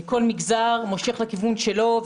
מושך לכיוון שלו.